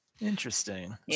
Interesting